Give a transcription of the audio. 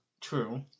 True